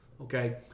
okay